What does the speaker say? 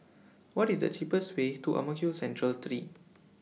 What IS The cheapest Way to Ang Mo Kio Central three